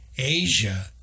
Asia